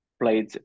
played